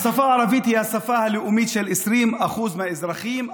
השפה הערבית היא השפה הלאומית של 20% מהאזרחים,